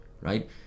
right